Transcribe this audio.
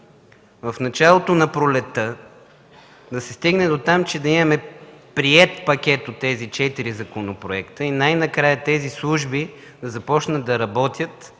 в началото на пролетта да се стигне дотам, че да имаме приет пакет от тези четири законопроекта и най-накрая тези служби да започнат да работят